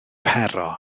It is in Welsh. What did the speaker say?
pero